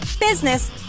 business